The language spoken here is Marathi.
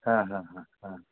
हां हां हां हां